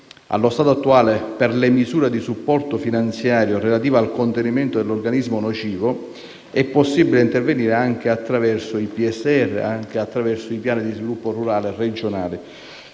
Allo stato attuale, per le misure di supporto finanziario relative al contenimento dell'organismo nocivo, è possibile intervenire attraverso i piani di sviluppo rurale regionali,